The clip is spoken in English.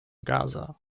gaza